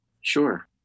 Sure